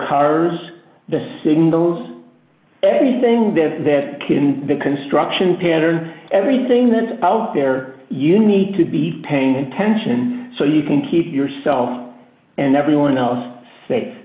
cars the singles everything that that kid in the construction pattern everything then out there you need to be paying attention so you can keep yourself and everyone else sa